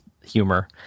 humor